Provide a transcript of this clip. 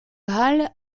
halle